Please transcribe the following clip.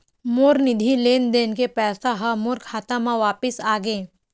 मोर निधि लेन देन के पैसा हा मोर खाता मा वापिस आ गे